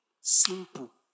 Simple